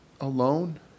alone